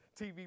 TV